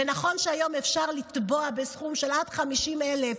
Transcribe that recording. ונכון שהיום אפשר לתבוע בסכום של עד 50,000,